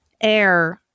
air